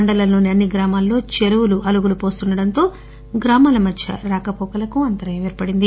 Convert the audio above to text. మండలంలోని అన్ని గ్రామాల్లో చెరువులు అలుగులు పొస్తుండడంతో గ్రామాల మధ్య రాకపోకలకు అంతరాయం ఏర్పడింది